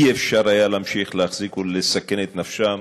אי-אפשר היה להמשיך להחזיק ולסכן את נפשם